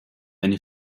eine